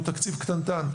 הוא תקציב קטנטן.